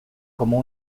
como